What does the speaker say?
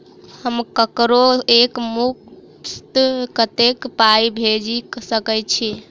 हम ककरो एक मुस्त कत्तेक पाई भेजि सकय छी?